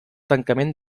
tancament